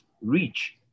reach